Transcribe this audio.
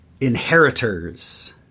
inheritors